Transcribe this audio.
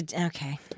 Okay